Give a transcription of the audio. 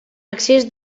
excés